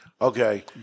Okay